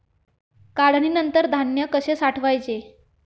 काढणीनंतर धान्य कसे साठवायचे?